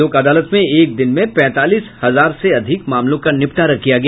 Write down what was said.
लोक अदालत में एक दिन में पैंतालीस हजार से अधिक मामलों का निपटारा किया गया